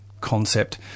concept